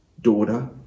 daughter